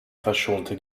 verschonte